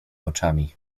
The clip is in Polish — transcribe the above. oczami